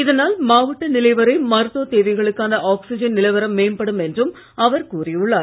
இதனால் மாவட்ட நிலை வரை மருத்துவத் தேவைகளுக்கான ஆக்ஸிஜன் நிலவரம் மேம்படும் என்றும் அவர் கூறியுள்ளார்